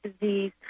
disease